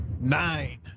Nine